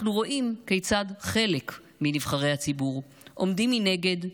אנחנו רואים כיצד חלק מנבחרי הציבור עומדים מנגד,